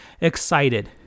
excited